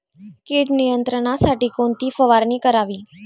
कीड नियंत्रणासाठी कोणती फवारणी करावी?